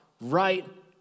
right